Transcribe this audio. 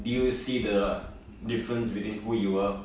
you will see the difference between who you were